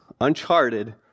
uncharted